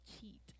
cheat